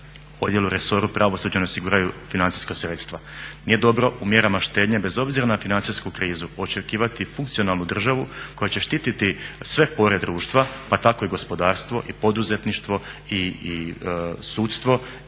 odjelu resoru pravosuđa ne osiguraju financijska sredstva. Nije dobro u mjerama štednje bez obzira na financijsku krizu očekivati funkcionalnu državu koja će štititi sve pore društva pa tako i gospodarstvo i poduzetništvo i sudstvo i